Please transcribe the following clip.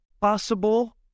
possible